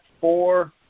four